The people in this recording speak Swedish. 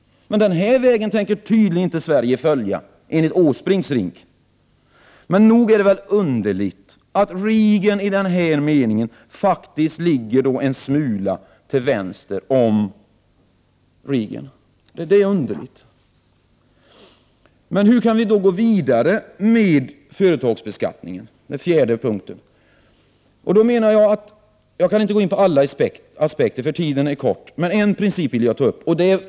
Denna väg tänker tydligen inte Sverige följa enligt Åsbrinks RINK. Nog är det väl underligt att Reagan i detta avseende faktiskt ligger en smula till vänster om RINK och Åsbrink. Hur skall vi, för det fjärde, kunna gå vidare med företagsbeskattningen? Jag kan inte gå in på alla aspekter, eftersom tiden är knapp. En princip vill jag dock ta upp.